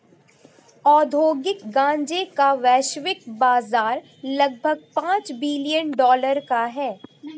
औद्योगिक गांजे का वैश्विक बाजार लगभग पांच बिलियन डॉलर का है